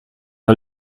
der